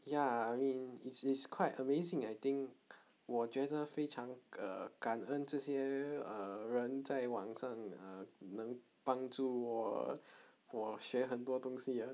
ya I mean it's it's quite amazing I think 我觉得非常 err 感恩这些 uh 人在网站 uh 能帮助我我学很多东西 ah